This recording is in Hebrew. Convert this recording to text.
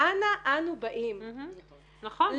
"אנה אנו באים?" נכון.